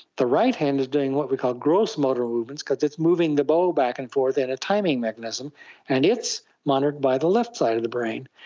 the right hand is doing what we call gross motor movements because it's moving the bow back and forth in a timing mechanism and its monitored by the left side of the brain.